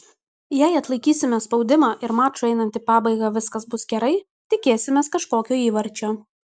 jei atlaikysime spaudimą ir mačui einant į pabaigą viskas bus gerai tikėsimės kažkokio įvarčio